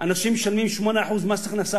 אנשים משלמים 8% מס הכנסה,